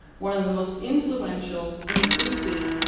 one of the most influential, inclusive,